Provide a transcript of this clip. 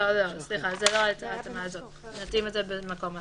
סליחה, נטמיע את זה במקום אחר.